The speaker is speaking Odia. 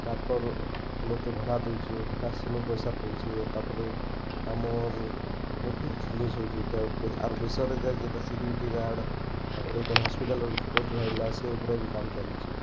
ଟ୍ରାକ୍ଟର୍ ଲୋକେ ଭଡ଼ା ଦେଉଛେ ଭଡ଼ା ସେ ନୋକ ପଇସା ପାଉଛେ ତା'ପରେ ଆମର୍ ବହୁତ ଜିନିଷ୍ ହେଉଛେ ଇଟା ଆର୍ ଉପରେ ଆର୍ ବିଷୟରେ ଯେନ୍ତା ସିକ୍ୟୁରିଟି ଗାର୍ଡ଼ ତା'ପରେ କେନ୍ ହସ୍ପିଟାଲ୍ ଗୁଡ଼ିକ ପୋଷ୍ଟ ବାହାରିଲା ସେ ବିଷୟରେ ବି କାମ୍ ଚାଲ୍ଛେ